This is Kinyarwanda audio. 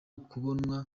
kubonwa